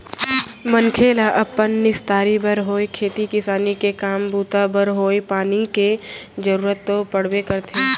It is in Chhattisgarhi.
मनखे ल अपन निस्तारी बर होय खेती किसानी के काम बूता बर होवय पानी के जरुरत तो पड़बे करथे